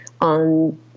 on